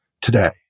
today